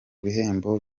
bihembo